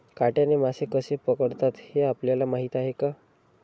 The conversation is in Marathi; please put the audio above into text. काट्याने मासे कसे पकडतात हे आपल्याला माहीत आहे का?